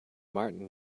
martin